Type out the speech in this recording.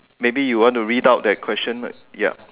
maybe you want to read out that question right ya